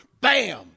Bam